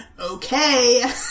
Okay